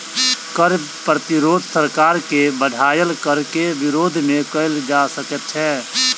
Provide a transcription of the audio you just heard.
कर प्रतिरोध सरकार के बढ़ायल कर के विरोध मे कयल जा सकैत छै